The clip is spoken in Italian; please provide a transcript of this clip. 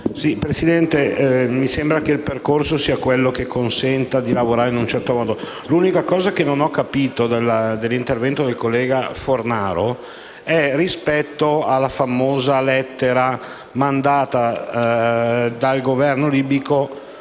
Presidente, mi sembra che il percorso che lei ha indicato sia quello che consente di lavorare in un certo modo. L'unica cosa che non ho capito dell'intervento del collega Fornaro è il riferimento alla famosa lettera mandata dal Governo libico